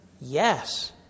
Yes